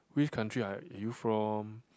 which country are you from